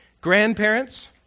Grandparents